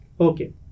okay